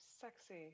sexy